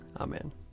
Amen